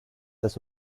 das